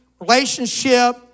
relationship